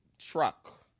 truck